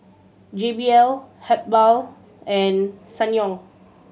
J B L Habhal and Sangyong